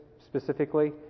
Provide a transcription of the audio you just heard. specifically